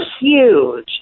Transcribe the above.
huge